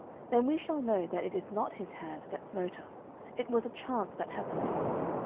then we shall know that it is not his hand that smote us it was a chance that happened to us.